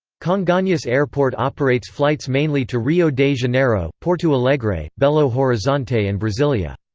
congonhas airport operates flights mainly to rio de janeiro, porto alegre, belo horizonte and brasilia.